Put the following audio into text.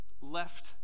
left